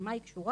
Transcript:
למה היא קשורה?